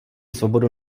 svobodu